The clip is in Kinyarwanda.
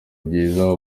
byiza